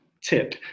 tip